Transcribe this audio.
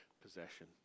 possession